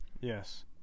Yes